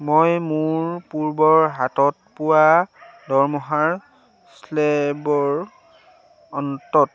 মই মোৰ পূৰ্বৰ হাতত পোৱা দৰমহাৰ স্লে'বৰ অন্তত